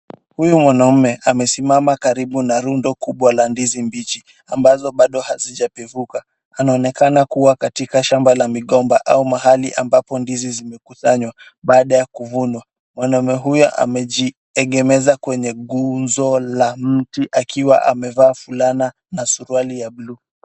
Huyu mwanaume amesimama karibu na rundo kubwa la ndizi mbichi ambazo bado hazijapevuka. Anaonekana kuwa katika shamba la migomba au mahali ambapo ndizi zimekusanywa baada ya kuvunwa. Mwanaume huyu amejiegemeza kwenye gunzo la mti akiwa amevaa fulana na suruali ya buluu.